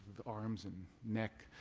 the arms and neck.